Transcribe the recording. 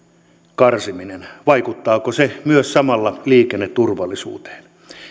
karsiminen vaikuttaako se myös samalla liikenneturvallisuuteen